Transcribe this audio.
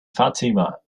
fatima